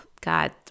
God